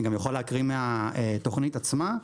אני גם יכול להקריא מהתוכנית עצמה,